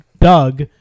Doug